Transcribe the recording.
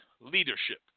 leadership